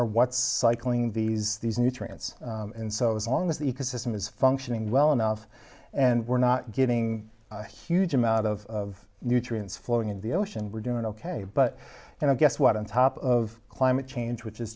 what's cycling these these nutrients and so as long as the ecosystem is functioning well enough and we're not getting huge amount of nutrients flowing into the ocean we're doing ok but you know guess what on top of climate change which is